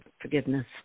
forgiveness